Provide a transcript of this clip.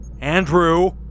Andrew